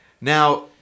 now